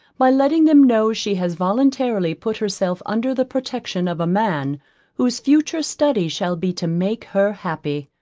by letting them know she has voluntarily put herself under the protection of a man whose future study shall be to make her happy.